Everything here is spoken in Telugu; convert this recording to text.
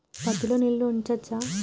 పత్తి లో నీళ్లు ఉంచచ్చా?